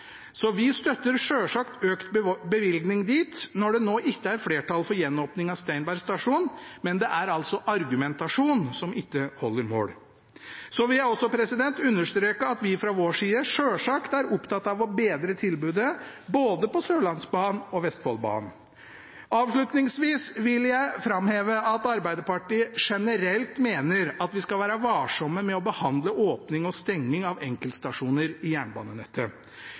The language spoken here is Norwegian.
så vi støtter selvsagt økt bevilgning dit, når det nå ikke er flertall for gjenåpning av Steinberg stasjon, men det er argumentasjonen som ikke holder mål. Så vil jeg understreke at vi selvsagt er opptatt av å bedre tilbudet på både Sørlandsbanen og Vestfoldbanen. Avslutningsvis vil jeg framheve at Arbeiderpartiet generelt mener at vi skal være varsomme med å behandle åpning og stenging av enkeltstasjoner i jernbanenettet.